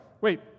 Wait